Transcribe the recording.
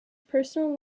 personal